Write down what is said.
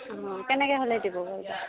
ওম কেনেকৈ হ'লে দিব পাৰিবা